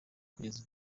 kugeza